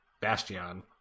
Bastion